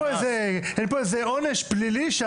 וגם אין פה איזה עונש פלילי.